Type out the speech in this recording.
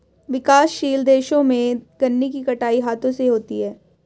विकासशील देशों में गन्ने की कटाई हाथों से होती है